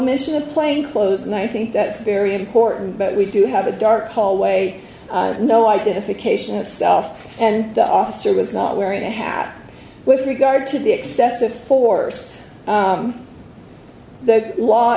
mention of plain clothes and i think that's very important but we do have a dark hallway no idea if occasion itself and the officer was not wearing a hat with regard to the excessive force the law